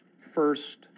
first